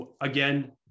again